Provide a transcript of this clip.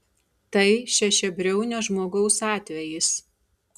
tai šešiabriaunio žmogaus atvejis